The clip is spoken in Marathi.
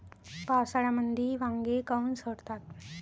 पावसाळ्यामंदी वांगे काऊन सडतात?